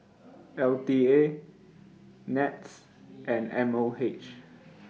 L T A Nets and M O H